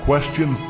Question